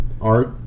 art